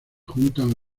juntan